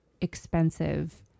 expensive